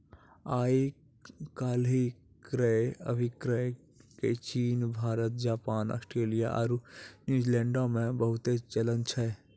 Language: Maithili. आइ काल्हि क्रय अभिक्रय के चीन, भारत, जापान, आस्ट्रेलिया आरु न्यूजीलैंडो मे बहुते चलन छै